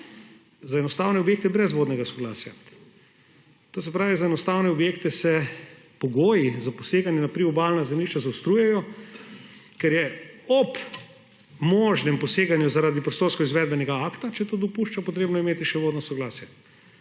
za enostavne objekte brez vodnega soglasja. To se pravi, za enostavne objekte se pogoji za poseganje na priobalna zemljišča zaostrujejo, ker je ob možnem poseganju zaradi prostorskega izvedbenega akta, če to dopušča, potrebno imeti še vodno soglasje.